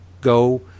go